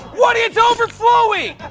what it's overflowing!